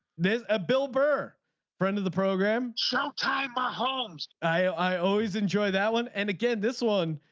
there's a bill burr friend of the program. show time buy homes. i always enjoy that one. and again this one.